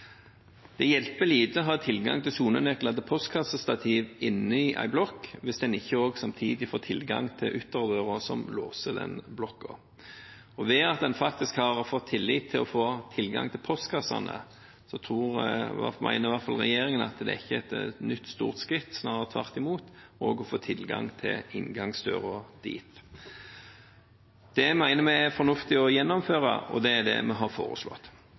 Det hjelper lite å ha tilgang til sonenøkler til postkassestativ inne i en blokk hvis en ikke også samtidig får tilgang til ytterdøra som låser den blokken. Ved at en faktisk har fått tillit til å få tilgang til postkassene, mener i hvert fall regjeringen at det er ikke et nytt stort skritt – snarere tvert imot – også å få tilgang til inngangsdøra dit. Det mener vi er fornuftig å gjennomføre, og det er det vi har foreslått.